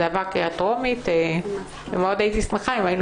ההצעה עברה קריאה טרומית ומאוד הייתי שמחה אם היינו